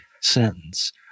sentence